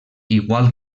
igual